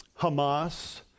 Hamas